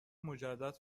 مجدد